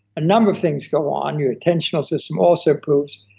a number of things go on, your attentional system also improves,